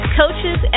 coaches